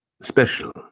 special